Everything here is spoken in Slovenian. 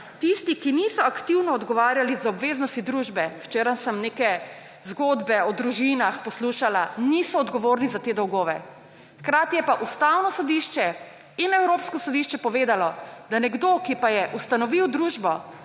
tisti, ki niso aktivno odgovarjali za obveznosti družbe – včeraj sem neke zgodbe o družinah poslušala – niso odgovorni za te dolgove. Hkrati je pa Ustavno sodišče in Evropsko sodišče povedalo, da nekdo, ki pa je ustanovil družbo